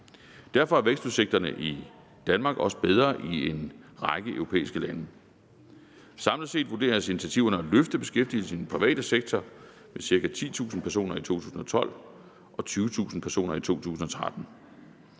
Derfor er vækstudsigterne i Danmark også bedre end i en række europæiske lande. Samlet set vurderes initiativerne at løfte beskæftigelsen i den private sektor med ca. 10.000 personer i 2012 og med 20.000 personer i 2013.